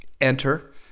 Enter